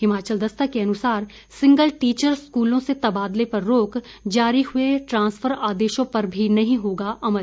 हिमाचल दस्तक के अनुसार single teacher स्कूलों से तबादले पर रोक जारी हुए ट्रांसफर आदेशों पर भी नहीं होगा अमल